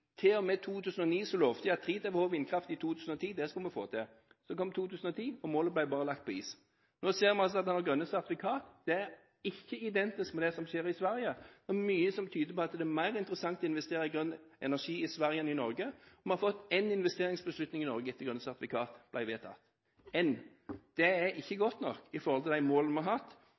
lovte de at 3 TWh vindkraft i 2010, det skulle vi få til. Så kom 2010, og målet ble bare lagt på is. Nå ser vi det med grønne sertifikat: Det er ikke identisk med det som skjer i Sverige. Det er mye som tyder på at det er mer interessant å investere i grønn energi i Sverige enn i Norge. Vi har fått én investeringsbeslutning i Norge etter at grønne sertifikat ble vedtatt – én. Det er ikke godt nok med tanke på de målene vi har hatt.